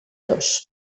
dos